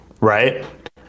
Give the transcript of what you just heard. Right